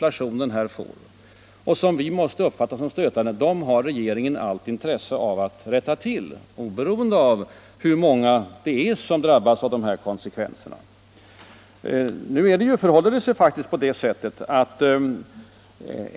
flationen här får, och som måste uppfattas som stötande, har regeringen all vilja att rätta till, oberoende av hur många det är som drabbas av dem.